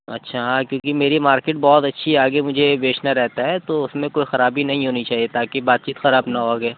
اچھا ہاں کیونکہ میری مارکٹ بہت اچھی ہے آگے مجھے یہ بیچنا رہتا ہے تو اُس میں کوئی خرابی نہیں ہونی چاہیے تاکہ بات چیت خراب نہ ہو آگے